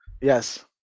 Yes